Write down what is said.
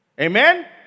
Amen